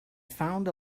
found